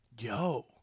Yo